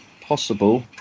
possible